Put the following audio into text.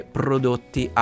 prodotti